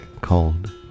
called